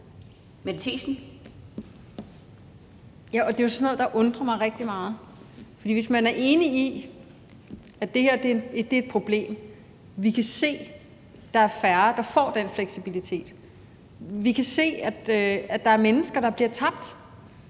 (NB): Ja, og det er jo sådan noget, der undrer mig rigtig meget, hvis man er enig i, at det her er et problem, for vi kan se, at der er færre, der får den fleksibilitet. Vi kan se, at der er mennesker, der bliver tabt